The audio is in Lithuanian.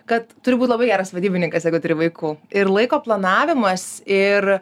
kad turi būt labai geras vadybininkas turi vaikų ir laiko planavimas ir